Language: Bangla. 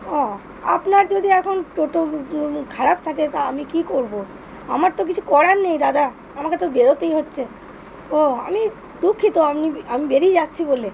ও আপনার যদি এখন টোটো খারাপ থাকে তা আমি কী করব আমার তো কিছু করার নেই দাদা আমাকে তো বেরোতেই হচ্ছে ও আমি দুঃখিত আপনি আমি বেরিয়ে যাচ্ছি বলে